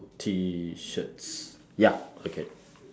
T shirts ya okay